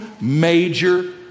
major